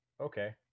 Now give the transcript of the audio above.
okay